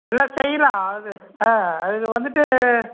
எல்லாம் செய்யலாம் அதாவது ஆ அது வந்துவிட்டு